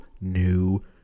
new